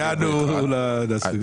נתון לא נכון.